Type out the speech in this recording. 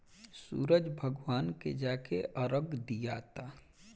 सूरज भगवान के जाके अरग दियाता